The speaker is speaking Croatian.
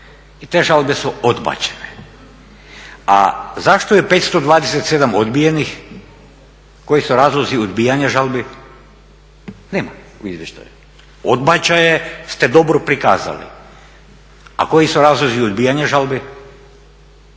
I te žalbe su odbačene. A zašto je 527 odbijenih, koji su razlozi odbijanja žalbi, nema u izvještaju. Odbačaje ste dobro prikazali, a koji su razlozi odbijanja žalbi?